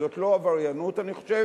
זאת לא עבריינות, אני חושב.